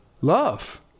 Love